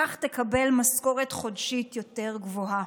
כך תקבל משכורת חודשית יותר גבוהה.